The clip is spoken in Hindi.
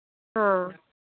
हाँ